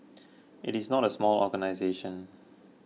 it is not a small organisation